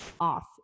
off